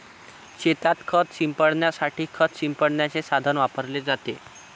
शेतात खत शिंपडण्यासाठी खत शिंपडण्याचे साधन वापरले जाते